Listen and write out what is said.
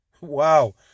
Wow